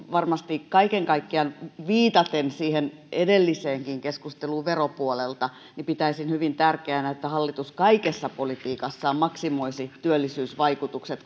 varmasti kaiken kaikkiaan viitaten siihen edelliseenkin keskusteluun veropuolelta pitäisin hyvin tärkeänä että hallitus kaikessa politiikassaan maksimoisi työllisyysvaikutukset